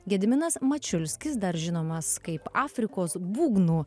gediminas mačiulskis dar žinomas kaip afrikos būgnų